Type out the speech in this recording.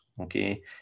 okay